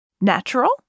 natural